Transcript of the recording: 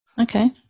Okay